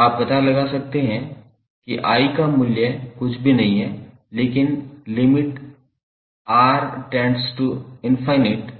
आप पता लगा सकते हैं कि I का मूल्य कुछ भी नहीं है लेकिन lim𝑅→∞𝑣𝑅